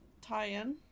tie-in